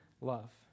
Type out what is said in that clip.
love